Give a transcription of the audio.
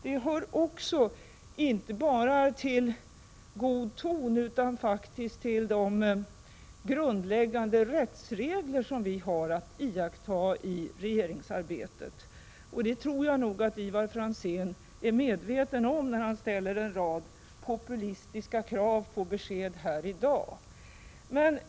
Det hör inte bara till god ton utan det hör faktiskt också till de grundläggande rättsregler vi har att iaktta i regeringsarbetet. Det tror jag nog att Ivar Franzén är medveten om, när han ställer en rad ”populistiska” krav på besked här i dag.